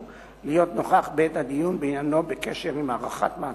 להיות נוכח בעת הדיון בעניינו בקשר עם הארכת מעצרו.